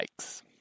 Yikes